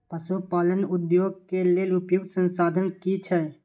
पशु पालन उद्योग के लेल उपयुक्त संसाधन की छै?